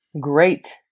great